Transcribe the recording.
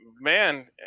man